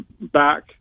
back